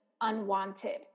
unwanted